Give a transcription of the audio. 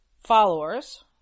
followers